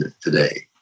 today